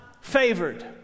favored